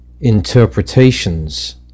interpretations